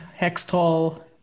Hextall